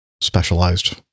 specialized